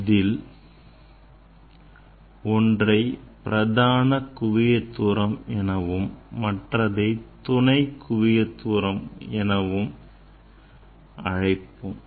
இதில் ஒன்றை பிரதான குவியத் தூரம் எனவும் மற்றதை துணை குவியத் தூரம் எனவும் அழைப்போம்